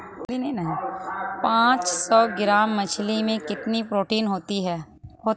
पांच सौ ग्राम मछली में कितना प्रोटीन होता है?